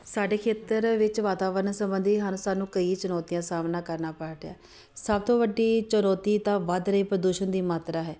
ਸਾਡੇ ਖੇਤਰ ਵਿੱਚ ਵਾਤਾਵਰਨ ਸਬੰਧੀ ਹਨ ਸਾਨੂੰ ਕਈ ਚੁਣੌਤੀਆਂ ਦਾ ਸਾਹਮਣਾ ਕਰਨਾ ਪਾਰਟਿਆ ਸਭ ਤੋਂ ਵੱਡੀ ਚੁਣੌਤੀ ਤਾਂ ਵੱਧ ਰਹੇ ਪ੍ਰਦੂਸ਼ਣ ਦੀ ਮਾਤਰਾ ਹੈ